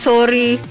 Sorry